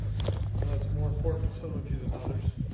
i know it's more important to some of you than others